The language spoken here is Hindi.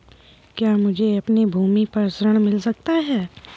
क्या मुझे अपनी भूमि पर ऋण मिल सकता है?